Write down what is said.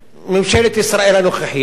ממשלת ישראל הנוכחית,